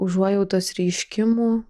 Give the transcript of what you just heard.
užuojautos reiškimų